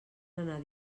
anar